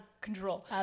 control